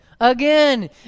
again